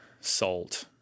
salt